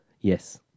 yes